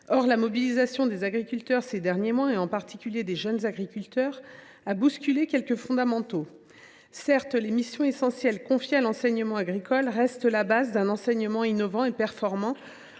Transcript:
Or la mobilisation des agriculteurs – et en particulier des jeunes agriculteurs – ces derniers mois a bousculé quelques fondamentaux. Certes, les missions essentielles confiées à l’enseignement agricole restent la base d’un enseignement innovant et performant